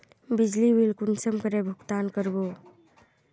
बिजली बिल कुंसम करे भुगतान कर बो?